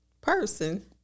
Person